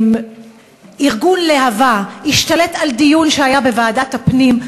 ארגון להב"ה השתלט על דיון שהיה בוועדת הפנים,